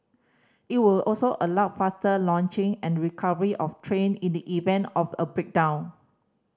it will also allow faster launching and recovery of train in the event of a breakdown